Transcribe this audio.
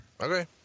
Okay